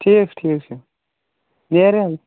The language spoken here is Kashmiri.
ٹھیٖک چھُ ٹھیٖک چھُ نیر حظ